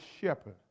shepherd